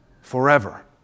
forever